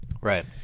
Right